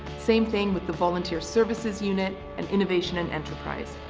same thing with the volunteer services unit and innovation and enterprise.